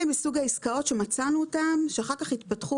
אלה מסוג העסקאות שמצאנו אותן שאחר כך התפתחו